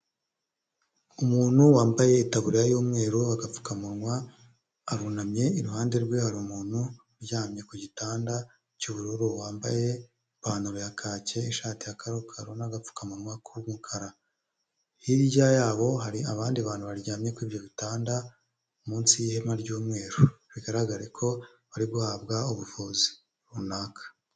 Umuntu wambaye itaburiya y'umweru, agapfukamunwa arunamye, iruhande rwe hari umuntu uryamye ku gitanda cy'ubururu wambaye ipantaro ya kake, ishati ya karokaro n'agapfukamunwa k'umukara. Hirya yabo hari abandi bantu baryamye kuri ibyo bitanda munsi y'ihema ry'umweru, bigaragare ko bari guhabwa ubuvuzi runaka.